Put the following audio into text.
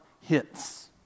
hits